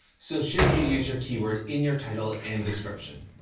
so should you use your keyword in your title and description?